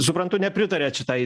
suprantu nepritariat šitai